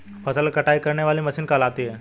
फसल की कटाई करने वाली मशीन कहलाती है?